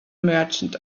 merchant